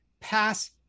pass